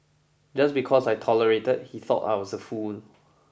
just because I tolerated he thought I was a fool